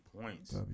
points